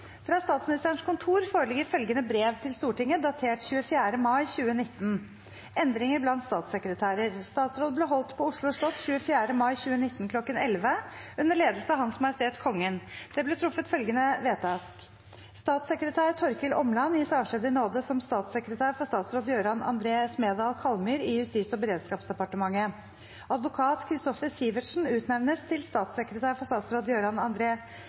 Fra Statsministerens kontor foreligger følgende brev til Stortinget datert 24. mai 2019: «Endringer blant statssekretærene. Statsråd ble holdt på Oslo slott 24. mai 2019 kl. 11.00 under ledelse av Hans Majestet Kongen. Det ble truffet følgende vedtak: Statssekretær Torkil Åmland gis avskjed i nåde som statssekretær for statsråd Jøran André Smedal Kallmyr i Justis- og beredskapsdepartementet. Advokat Kristoffer Sivertsen utnevnes til statssekretær for statsråd Jøran